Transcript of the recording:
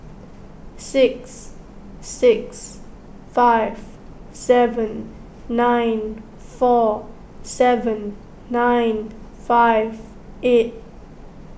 six six five seven nine four seven nine five eight